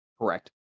Correct